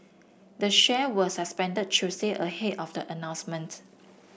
the shares were suspended Tuesday ahead of the announcement